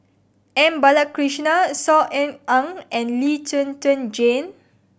M Balakrishnan Saw Ean Ang and Lee Zhen Zhen Jane